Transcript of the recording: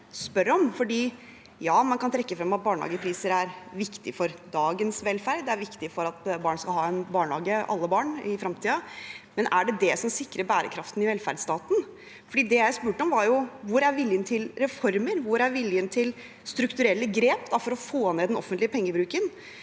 Ja, man kan trekke frem at barnehagepriser er viktig for dagens velferd og for at alle barn skal ha en barnehage i fremtiden, men er det det som sikrer bærekraften i velferdsstaten? Det jeg spurte om, var jo: Hvor er viljen til reformer? Hvor er viljen til strukturelle grep for å få ned den offentlige pengebruken?